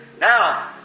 Now